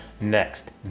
next